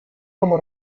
como